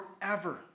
forever